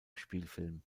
spielfilm